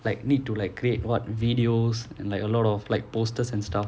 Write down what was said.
like need to like create what videos and like a lot of like posters and stuff